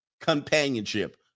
Companionship